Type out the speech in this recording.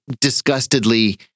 disgustedly